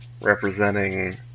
representing